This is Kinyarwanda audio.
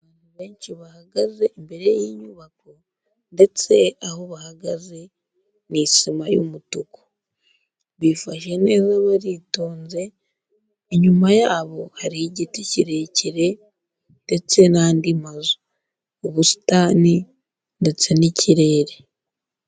Abantu benshi bahagaze imbere y'inyubako, ndetse aho bahagaze ni isima y'umutuku, bifashe neza baritonze, inyuma yabo hari igiti kirekire ndetse n'andi mazu, ubusitani ndetse n'ikirere.